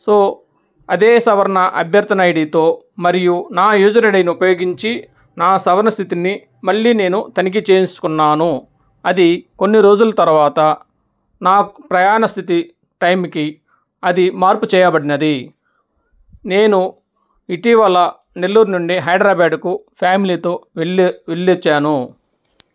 so అదే సవర్ణ అభ్యర్థన ఐడితో మరియు నా యూజర్ ఐడిను ఉపయోగించి నా సవర్ణ స్థితిని మళ్ళీ నేను తనిఖీ చేసుకున్నాను అది కొన్ని రోజుల తరువాత నా ప్రయాణ స్థితి టైంకి అది మార్పు చెయ్యబడింది నేను ఇటీవల నెల్లూరు నుండి హైదరాబాదుకు ఫ్యామిలీతో వెళ్ళి వెళ్ళొచ్చాను